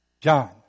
John